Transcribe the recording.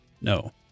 No